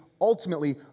ultimately